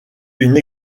une